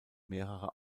mehrerer